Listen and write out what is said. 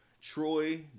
troy